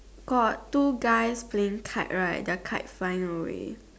got two guys playing kites right their kite flying away